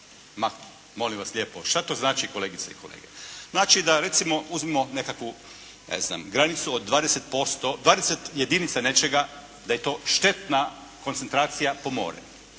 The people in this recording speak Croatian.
Ma molim vas lijepo, šta to znači kolegice i kolege? Znači, da recimo uzmemo nekakvu, ne znam granicu od 20 jedinica nečega da je to štetna koncentracija po more.